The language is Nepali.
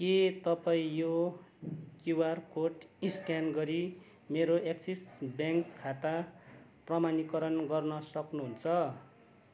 के तपाईँ यो क्युआर कोड स्क्यान गरी मेरो एक्सिस ब्याङ्क खाता प्रमाणीकरण गर्न सक्नु हुन्छ